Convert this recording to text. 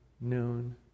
noon